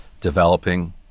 developing